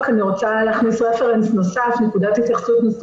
אם יש איזשהו מסמך שמרכז נתונים